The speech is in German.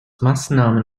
maßnahmen